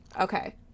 Okay